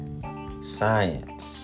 science